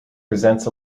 presents